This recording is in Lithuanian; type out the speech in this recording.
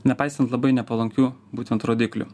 nepaisant labai nepalankių būtent rodiklių